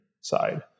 side